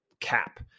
cap